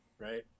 right